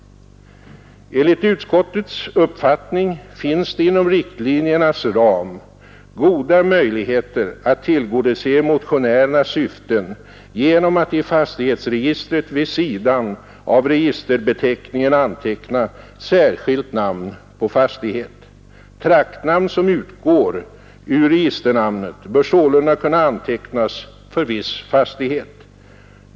Enligt utskottets uppfattning finns det inom riktlinjernas ram goda möjligheter att tillgodose motionärernas syften genom att i fastighetsregistret vid sidan av registerbeteckningarna anteckna särskilt namn på fastighet. Traktnamn som utgår ur registernamnet bör sålunda kunna antecknas för viss fastighet.